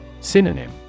Synonym